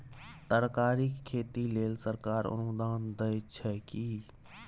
तरकारीक खेती लेल सरकार अनुदान दै छै की?